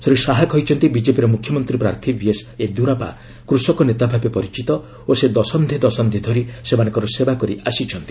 ଶ୍ରୀ ଶାହା କହିଛନ୍ତି ବିଜେପିର ମୁଖ୍ୟମନ୍ତ୍ରୀ ପ୍ରାର୍ଥୀ ବିଏସ୍ ୟେଦିୟୁରୋପ୍ସା କୃଷକ ନେତାଭାବେ ପରିଚିତ ଓ ସେ ଦଶନ୍ଧିଦଶନ୍ଧି ଧରି ସେମାନଙ୍କର ସେବା କରି ଆସିଛନ୍ତି